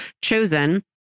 chosen